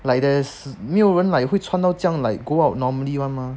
like there's 没有人 like 会穿到这样 like go out normally [one] mah